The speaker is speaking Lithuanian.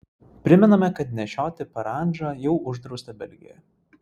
primename kad nešioti parandžą jau uždrausta belgijoje